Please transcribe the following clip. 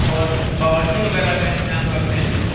اور باورچی وغیرہ کا انتظام کرتے ہیں